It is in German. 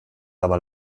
aber